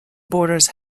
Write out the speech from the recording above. borders